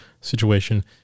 situation